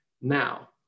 now